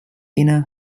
inner